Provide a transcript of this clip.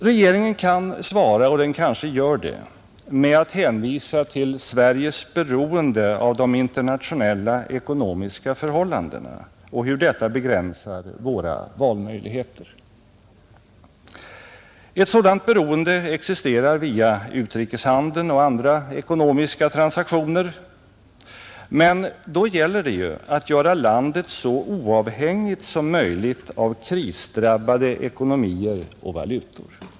Regeringen kan svara — och den kanske gör det — med att hänvisa till Sveriges beroende av de internationella ekonomiska förhållandena och hur detta begränsar våra valmöjligheter. Ett sådant beroende existerar via utrikeshandeln och andra ekonomiska transaktioner, men då gäller det att göra landet så oavhängigt som möjligt av krisdrabbade ekonomier och valutor.